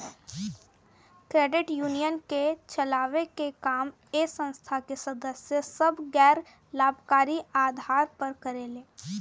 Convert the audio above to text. credit union के चलावे के काम ए संस्था के सदस्य सभ गैर लाभकारी आधार पर करेले